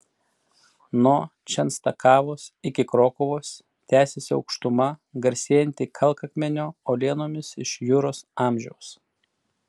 nuo čenstakavos iki krokuvos tęsiasi aukštuma garsėjanti kalkakmenio uolienomis iš juros amžiaus